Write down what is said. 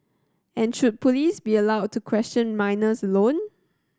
and should police be allowed to question minors alone